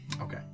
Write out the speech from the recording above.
Okay